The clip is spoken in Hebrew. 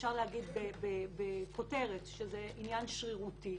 שאפשר להגיד בכותרת שזה עניין שרירותי.